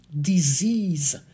disease